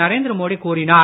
நரேந்திர மோடி கூறினார்